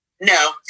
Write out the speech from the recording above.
no